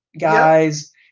guys